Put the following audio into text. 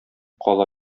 кала